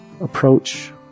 approach